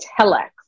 telex